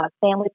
family